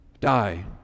die